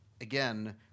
again